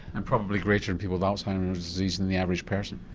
and probably greater in people with alzheimer's disease than the average person?